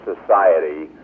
society